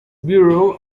bureau